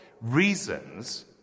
reasons